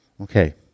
Okay